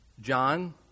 John